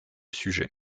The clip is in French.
sujets